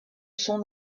son